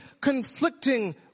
conflicting